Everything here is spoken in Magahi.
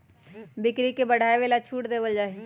बिक्री के बढ़ावे ला छूट देवल जाहई